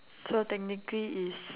so technically is